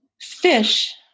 fish